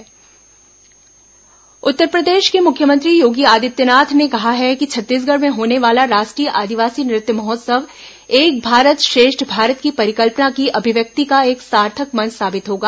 आदित्यनाथ आदिवासी नृत्य महोत्सव उत्तरप्रदेश के मुख्यमंत्री योगी आदित्यनाथ ने कहा है कि छत्तीसगढ़ में होने वाला राष्ट्रीय आदिवासी नृत्य महोत्सव एक भारत श्रेष्ठ भारत की परिकल्पना की अभिव्यक्ति का एक सार्थक मंच साबित होगा